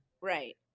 Right